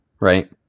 right